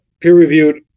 peer-reviewed